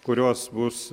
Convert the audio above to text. kurios bus